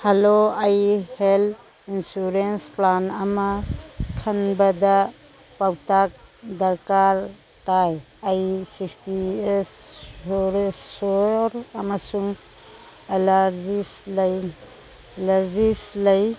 hello ꯑꯩ health insurance plan ꯑꯃ ꯈꯟꯕꯗ ꯄꯥꯎꯇꯥꯛ ꯗꯔꯀꯥꯔ ꯇꯥꯏ ꯑꯩ ꯁꯤꯛꯁꯇꯤ ꯑꯦꯖ ꯁꯨꯔꯦ ꯑꯃꯁꯨꯡ ꯑꯦꯂꯥꯔꯖꯤꯁ ꯂꯩ ꯑꯦꯂꯥꯔꯖꯤꯁ ꯂꯩ